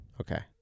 Okay